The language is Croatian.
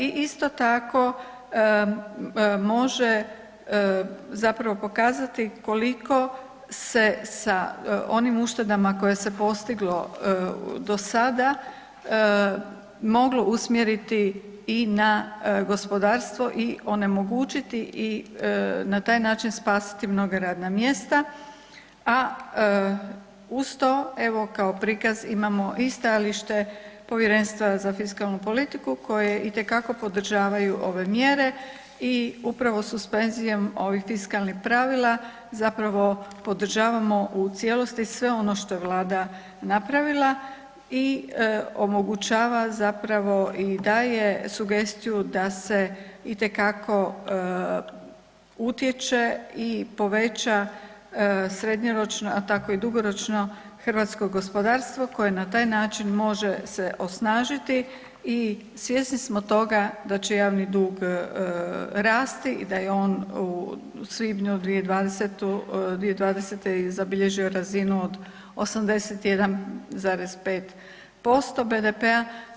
I isto tako može zapravo pokazati koliko se sa onim uštedama koje se postiglo do sada moglo usmjeriti i na gospodarstvo i onemogućiti i na taj način spasiti mnoga radna mjesta, a uz to evo kao prikaz imamo i stajalište Povjerenstva za fiskalnu politiku koje itekako podržavaju ove mjere i upravo suspenzijom ovih fiskalnih pravila zapravo podržavamo u cijelosti sve ono što je vlada napravila i omogućava zapravo i daje sugestiju da se itekako utječe i poveća srednjoročno, a tako i dugoročno hrvatsko gospodarstvo koje na taj način može se osnažiti i svjesni smo toga da će javni dug rasti i da je on u svibnju 2020. i zabilježio razinu od 81,5% BDP-a.